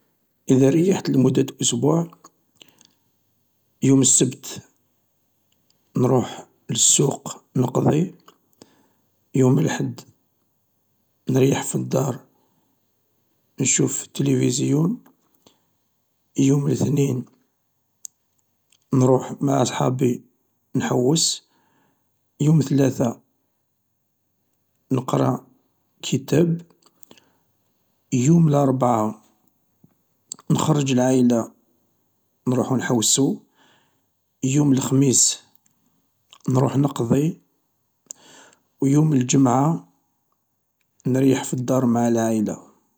اذا ريحت لمدة اسبوع يوم السبت نروح للسوق نقضي، يوم الحد نريح في الدار نشوف التلفزيون، يوم لثنين نروح مع اصحابي نحوس، يوم الثلاثا نقرا كتاب، يوم لربعا نخرج العايلة نروحو نحوسو، يوم الخميس نروح نقضي و يوم الجمعة نريح في الدار مع العائلة.